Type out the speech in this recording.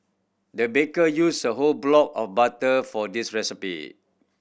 the baker used a whole block of butter for this recipe